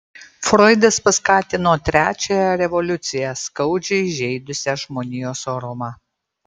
froidas paskatino trečiąją revoliuciją skaudžiai žeidusią žmonijos orumą